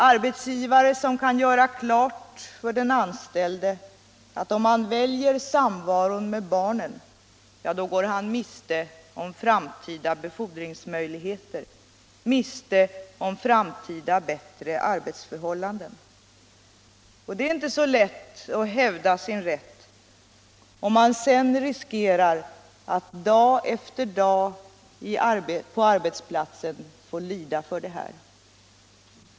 Arbetsgivarna kan göra klart för den anställde att om han väljer samvaron med barnet, går han miste om framtida befordringsmöjligheter och miste om framtida bättre arbetsförhållanden. Det är inte så lätt att hävda sin rätt om man sedan riskerar att dag 63 efter dag på sin arbetsplats få lida för detta.